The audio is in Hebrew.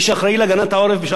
באמת מי שיש להם הסמכויות,